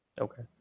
Okay